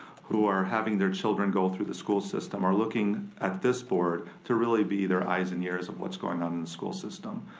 who are having their children go through the school system, are looking at this board to really be their eyes and ears of what's going on in the school system.